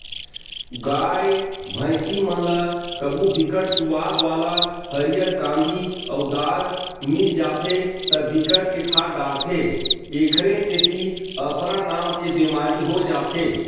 गाय, भइसी मन ल कभू बिकट सुवाद वाला हरियर कांदी अउ दार मिल जाथे त बिकट के खा डारथे एखरे सेती अफरा नांव के बेमारी हो जाथे